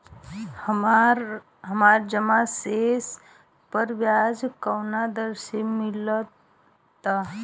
हमार जमा शेष पर ब्याज कवना दर से मिल ता?